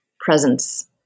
presence